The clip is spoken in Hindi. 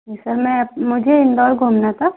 जी सर मैं मुझे इंदौर घूमना था